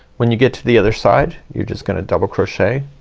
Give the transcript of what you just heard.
when you get to the other side, you're just gonna double crochet